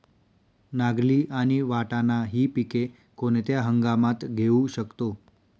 नागली आणि वाटाणा हि पिके कोणत्या हंगामात घेऊ शकतो?